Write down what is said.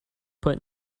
put